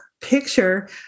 picture